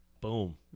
Boom